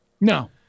No